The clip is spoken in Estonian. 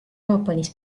jaapanis